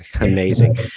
amazing